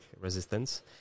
resistance